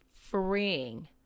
freeing